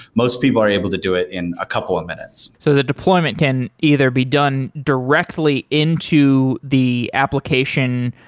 most people are able to do it in a couple of minutes. so the deployment can either be done directly into the application,